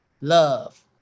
love